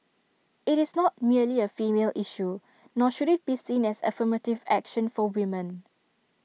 IT is not merely A female issue nor should IT be seen as affirmative action for women